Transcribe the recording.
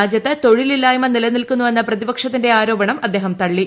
രാജ്യത്ത് തൊഴിലില്ലായ്മിക്കു നിലനിൽക്കുന്നുവെന്ന പ്രതിപക്ഷത്തിന്റെ ആരോപണം അദ്ദേഹ്റ ്തള്ളി